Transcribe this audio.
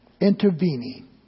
intervening